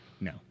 no